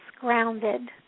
grounded